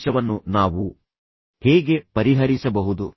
ಸಂಘರ್ಷವನ್ನು ನಾವು ಹೇಗೆ ಪರಿಹರಿಸಬಹುದು